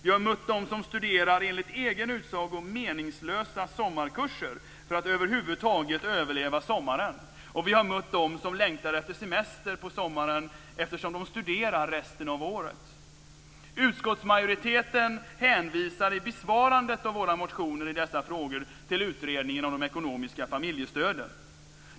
Vi har mött de som, enligt egen utsago, studerar meningslösa sommarkurser för att över huvud taget överleva sommaren. Och vi har mött de som längtar efter semester på sommaren eftersom de studerar resten av året. Utskottsmajoriteten hänvisar vid besvarandet av våra motioner i dessa frågor till utredningen om de ekonomiska familjestöden.